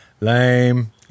lame